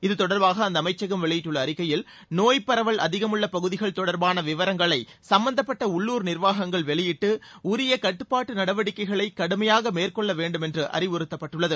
இது தொடர்பாக அந்த அமைச்சகம் வெளியிட்டுள்ள அறிக்கையில் நோய் பரவல் அதிகமுள்ள பகுதிகள் தொடர்பான விவரஙளைகள் சம்பந்தப்பட்ட உள்ளுர் நிர்வாகங்கள் வெளியிட்டு உரிய கட்டுப்பாட்டு நடவடிக்கைகளை கடுமையாக மேற்கொள்ள வேண்டும் என்று அறிவுறுத்தப்பட்டுள்ளது